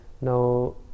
no